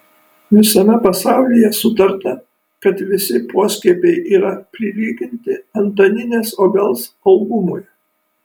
visame pasaulyje sutarta kad visi poskiepiai yra prilyginti antaninės obels augumui